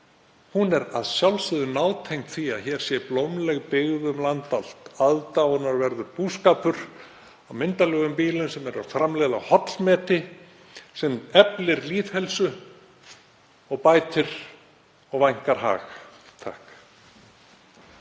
er að sjálfsögðu nátengd því að hér sé blómleg byggð um land allt, aðdáunarverður búskapur á myndarlegum býlum sem framleiða hollmeti sem eflir lýðheilsu og bætir og vænkar hag.